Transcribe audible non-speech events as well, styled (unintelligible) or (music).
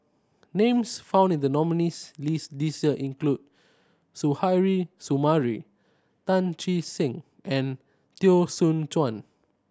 names found in the nominees' list this year include (unintelligible) Sumari Tan Che Sang and Teo Soon Chuan